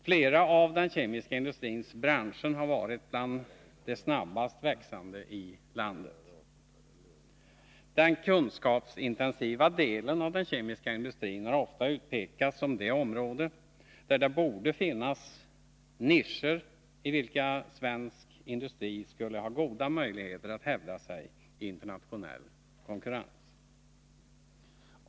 Flera av den kemiska industrins branscher har varit bland de snabbast växande i landet. Den kunskapsintensiva delen av den kemiska industrin har ofta utpekats som det område där det borde finnas ”nischer”, i vilka svensk industri skulle ha goda möjligheter att hävda sig i internationell konkurrens.